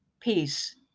peace